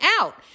out